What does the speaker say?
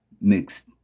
mixed